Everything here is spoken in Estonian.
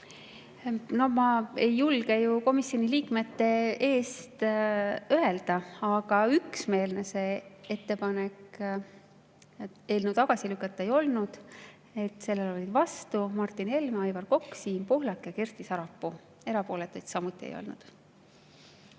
ma ei julge ju komisjoni liikmete eest öelda, aga üksmeelne see ettepanek eelnõu tagasi lükata ei olnud. Sellele olid vastu Martin Helme, Aivar Kokk, Siim Pohlak ja Kersti Sarapuu. Erapooletuid ei olnud.